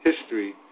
history